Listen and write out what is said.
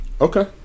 okay